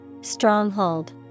Stronghold